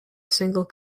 single